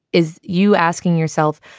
is you asking yourself,